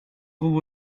trouve